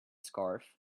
scarf